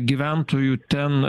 gyventojų ten